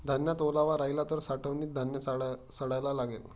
धान्यात ओलावा राहिला तर साठवणीत धान्य सडायला लागेल